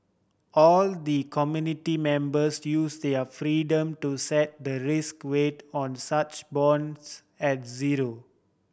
all the committee members to use their freedom to set the risk weight on such bonds at zero